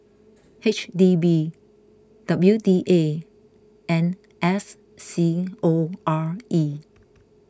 H D B W D A and S C O R E